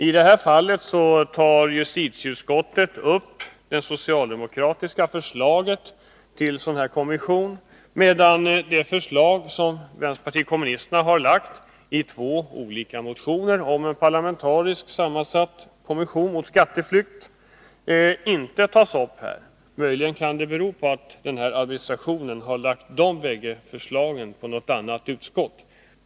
I det här fallet tar justitieutskottet upp det socialdemokratiska förslaget till en sådan kommission, medan vänsterpartiet kommunisternas förslag i två olika motioner om en parlamentariskt sammansatt kommission mot skatteflykt inte tas upp i detta sammanhang. Det kan möjligen bero på att administrationen har hänvisat våra två motioner till något annat utskott.